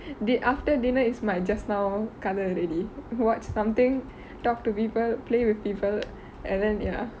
did after dinner is my just now colour already watch something talk to people play with people and then ya